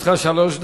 לרשותך שלוש דקות.